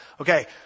okay